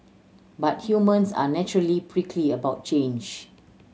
but humans are naturally prickly about change